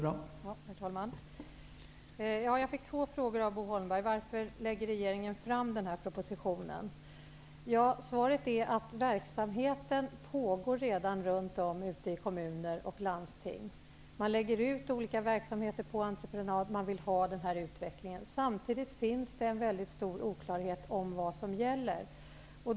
Herr talman! Jag fick två frågor av Bo Holmberg. Den första frågan löd: Varför lägger regeringen fram den här propositionen? Svaret är att verksamheten redan pågår runt om i kommuner och landsting. Man lägger ut olika verksamheter på entreprenad och man vill ha den här utvecklingen. Samtidigt finns det en stor oklarhet om vad som gäller.